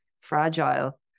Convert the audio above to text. fragile